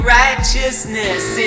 righteousness